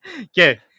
Okay